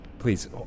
Please